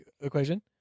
equation